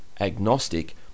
agnostic